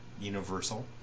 universal